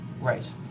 Right